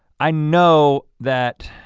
i know that,